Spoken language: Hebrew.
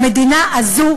המדינה הזו,